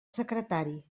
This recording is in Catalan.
secretari